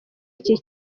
iki